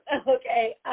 Okay